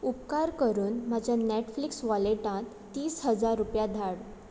उपकार करून म्हज्या नॅटफ्लिक्स वॉलेटांत तीस हजार रुपया धाड